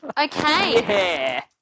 okay